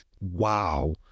Wow